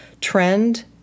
trend